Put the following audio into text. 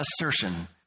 assertion